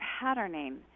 patterning